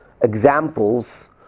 examples